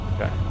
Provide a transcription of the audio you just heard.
Okay